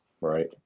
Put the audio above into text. Right